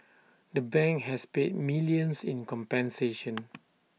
the bank has paid millions in compensation